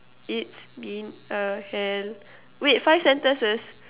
it's been a hell wait five sentences